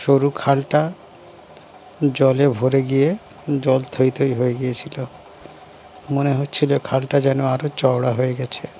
সরু খালটা জলে ভরে গিয়ে জল থৈ থৈ হয়ে গিয়েছিলো মনে হচ্ছিলো খালটা যেন আরও চওড়া হয়ে গেছে